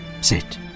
sit